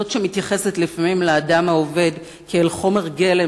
זאת שמתייחסת לפעמים לאדם העובד כאל חומר גלם